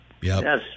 yes